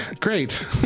Great